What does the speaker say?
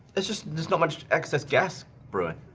it's just there's not much excess gas brewing.